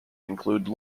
include